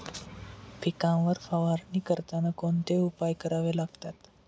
पिकांवर फवारणी करताना कोणते उपाय करावे लागतात?